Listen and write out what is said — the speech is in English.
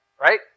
Right